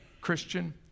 Christian